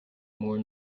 more